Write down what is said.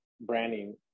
branding